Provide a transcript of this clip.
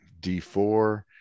D4